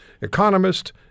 economist